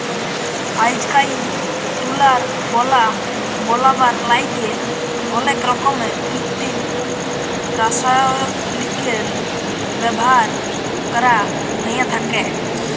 আইজকাইল তুলার গলা বলাবার ল্যাইগে অলেক রকমের কিত্তিম রাসায়লিকের ব্যাভার ক্যরা হ্যঁয়ে থ্যাকে